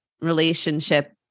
relationship